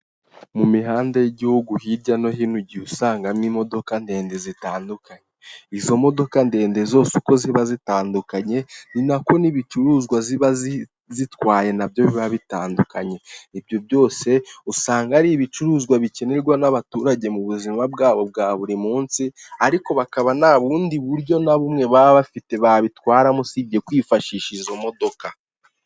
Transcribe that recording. Mu mihanda y'igihugu hirya no hino igihe usangamo imodoka ndende zitandukanye, izo modoka ndende zose uko ziba zitandukanye, ni nako n'ibicuruzwa ziba zitwaye nabyo biba bitandukanye, ibyo byose usanga ari ibicuruzwa bikenerwa n'abaturage mu buzima bwabo bwa buri munsi, ariko bakaba nta bundi buryo na bumwe baba bafite babitwaramo, usibye kwifashisha izo modoka.